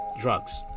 drugs